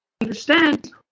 understand